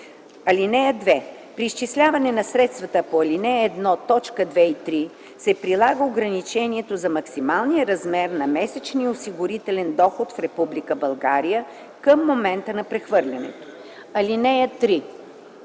(2) При изчисляване на средствата по ал. 1, т. 2 и 3 се прилага ограничението за максималния размер на месечния осигурителен доход в Република България към момента на прехвърлянето. (3)